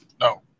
No